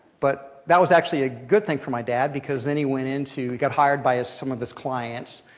but that was actually a good thing for my dad, because then he went into, he got hired by some of his clients.